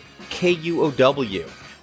KUOW